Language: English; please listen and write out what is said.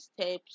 steps